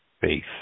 faith